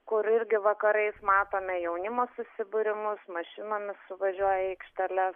kur irgi vakarais matome jaunimo susibūrimus mašinomis suvažiuoja į aikšteles